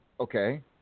Okay